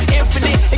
infinite